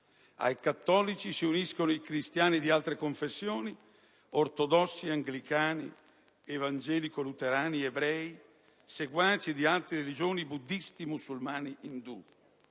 ai cattolici si uniscono cristiani di altre confessioni, ortodossi, anglicani, evangelico-luterani, ebrei, seguaci di altre religioni, buddisti, musulmani ed indù.